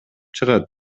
чыгат